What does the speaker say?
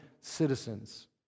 citizens